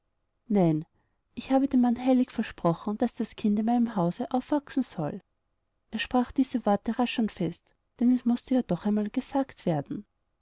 nein ich habe dem manne heilig versprochen daß das kind in meinem hause aufwachsen soll er sprach diese worte rasch und fest denn es mußte ja doch einmal gesagt werden